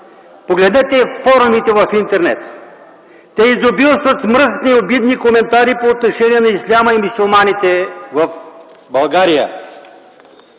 Погледнете форумите в интернет – те изобилстват от мръсни и обидни коментари по отношение на исляма и мюсюлманите в България.